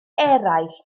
eraill